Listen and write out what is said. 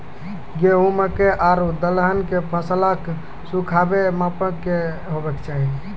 गेहूँ, मकई आर दलहन के फसलक सुखाबैक मापक की हेवाक चाही?